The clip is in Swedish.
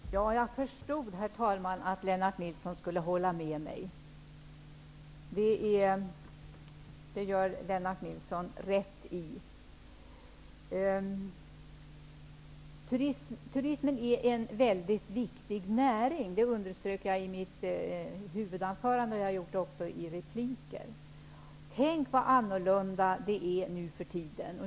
Herr talman! Jag förstod att Lennart Nilsson skulle hålla med mig. Det gör Lennart Nilsson rätt i. Turismen är en viktig näring. Det underströk jag i mitt huvudanförande, och det har jag också gjort i mina repliker. Tänk vad annorlunda det är nu för tiden!